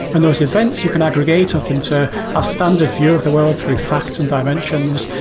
and those events you can aggregate up into a standard view of the world through facts and dimensions.